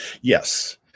Yes